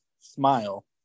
smile